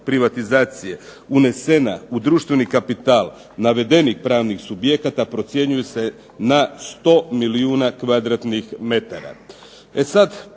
privatizacije unesena u društveni kapital navedenih pravnih subjekata procjenjuje se na 100 milijuna kvadratnih metara.